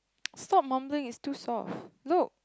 stop mumbling its too soft look